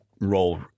role